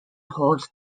holds